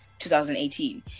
2018